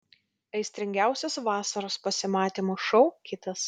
aistringiausias vasaros pasimatymų šou kitas